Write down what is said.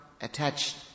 attached